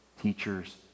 teachers